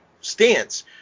stance